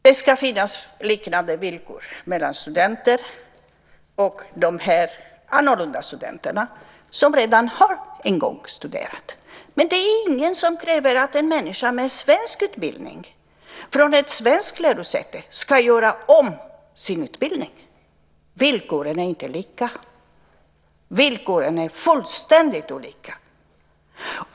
Herr talman! Det ska finnas liknande villkor mellan studenter och de annorlunda studenterna, som redan en gång har studerat. Men det är ingen som kräver att en människa med svensk utbildning från ett svenskt lärosäte ska göra om sin utbildning. Villkoren är inte lika. Villkoren är fullständigt olika.